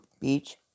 beach